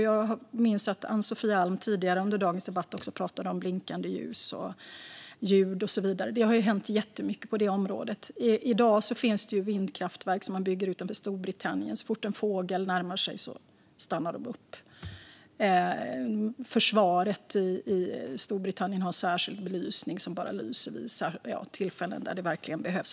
Jag minns att Ann-Sofie Alm tidigare under dagens debatt pratade om blinkande ljus, ljud och så vidare. Det har hänt jättemycket på detta område. I dag byggs det vindkraftverk utanför Storbritannien. Så fort fåglar närmar sig stannar de upp. Försvaret i Storbritannien har särskild belysning som bara lyser vid tillfällen där det verkligen behövs.